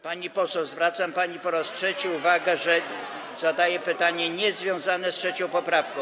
Pani poseł, zwracam pani po raz trzeci uwagę, [[Poruszenie na sali]] że zadaje pani pytanie niezwiązane z 3. poprawką.